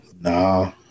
Nah